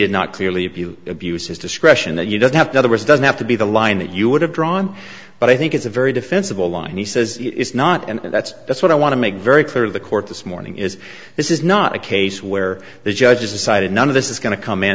did not clearly if you abused his discretion that you don't have to others doesn't have to be the line that you would have drawn but i think it's a very defensible line he says it's not and that's that's what i want to make very clear the court this morning is this is not a case where the judge decided none of this is going to come in